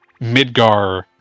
Midgar